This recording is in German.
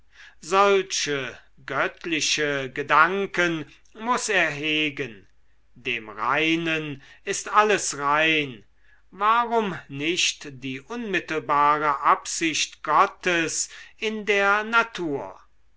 solche göttliche gedanken muß er hegen dem reinen ist alles rein warum nicht die unmittelbare absicht gottes in der natur